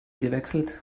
gewechselt